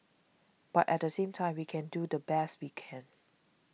but at the same time we can do the best we can